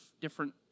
different